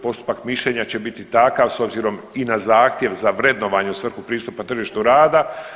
Postupak mišljenja će biti takav s obzirom i na zahtjev za vrednovanje u svrhu pristupa tržištu rada.